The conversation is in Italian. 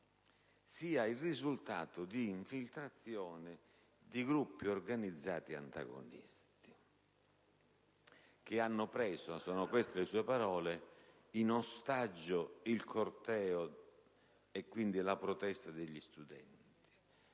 sono il risultato di infiltrazioni di gruppi organizzati antagonisti, che hanno preso - sono queste le sue parole - in ostaggio il corteo e, quindi, la protesta degli studenti.